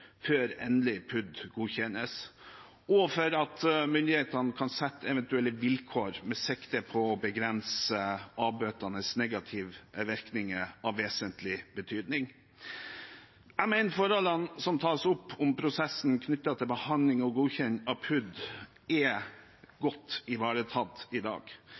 før endelig PUD, og for at myndighetene kan stille eventuelle vilkår med sikte på å begrense eller avbøte negative virkninger av vesentlig betydning. Jeg mener at forholdene som tas opp om prosessen knyttet til behandling og godkjenning av PUD, er godt ivaretatt i dag.